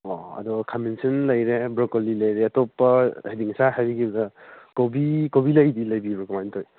ꯑꯣ ꯑꯗꯣ ꯈꯥꯃꯦꯟ ꯑꯁꯤꯟ ꯂꯩꯔꯦ ꯕ꯭ꯔꯣꯀꯣꯂꯤ ꯂꯩꯔꯦ ꯑꯇꯣꯞꯄ ꯍꯥꯏꯗꯤ ꯉꯁꯥꯏ ꯍꯥꯏꯕꯤꯈꯤꯕꯗ ꯀꯣꯕꯤ ꯀꯣꯕꯤ ꯂꯩꯗꯤ ꯂꯩꯕꯤꯕ꯭ꯔꯣ ꯀꯃꯥꯏ ꯇꯧꯋꯤ